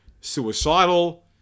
suicidal